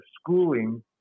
schooling